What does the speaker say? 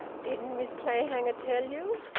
didn't miss clayhanger tell you?